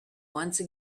once